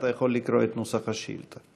אתה יכול לקרוא את נוסח השאילתה.